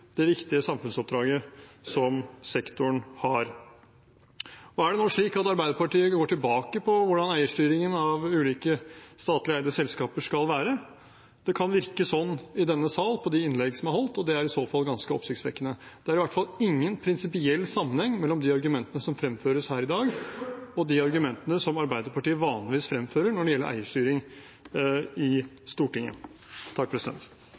det viktige samfunnsoppdraget som sektoren har. Er det nå slik at Arbeiderpartiet går tilbake på hvordan eierstyringen av ulike statlige selskaper skal være? Det kan virke slik på de innleggene som er holdt i denne salen, og det er i så fall ganske oppsiktsvekkende. Det er i hvert fall ingen prinsipiell sammenheng mellom de argumentene som fremføres her i dag, og de argumentene som Arbeiderpartiet vanligvis fremfører i Stortinget når det gjelder eierstyring.